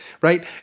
right